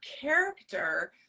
character